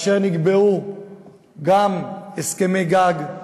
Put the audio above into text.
נקבעו גם הסכמי גג,